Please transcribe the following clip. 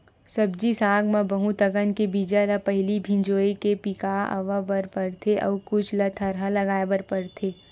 सब्जी साग म बहुत अकन के बीजा ल पहिली भिंजोय के पिका अवा बर परथे अउ कुछ ल थरहा लगाए बर परथेये